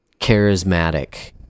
charismatic